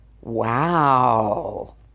wow